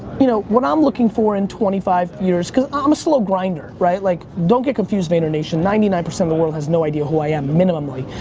you know, what i'm looking for in twenty five years, cause i'm a slower grinder, right. like, don't get confused vaynernation. ninety nine percent of the world has no idea who i am, minimumly.